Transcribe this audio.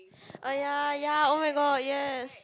uh ya ya oh my god yes